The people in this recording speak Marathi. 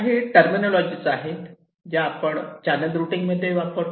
काही टरमिनोलॉजी आहेत ज्या आम्ही चॅनेल रूटिंगमध्ये वापरतो